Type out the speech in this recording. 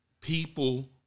people